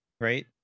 right